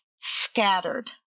scattered